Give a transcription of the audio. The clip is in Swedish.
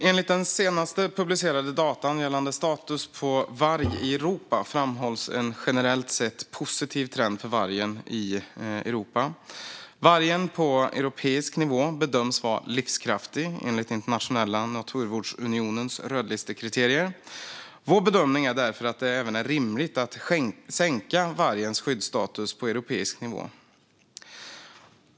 Herr talman! I senast publicerade data gällande status på varg i Europa framhålls en generellt sett positiv trend för vargen. Vargen på europeisk nivå bedöms vara livskraftig enligt Internationella naturvårdsunionens rödlistekriterier. Vår bedömning är därför att det även är rimligt att sänka vargens skyddsstatus på europeisk nivå.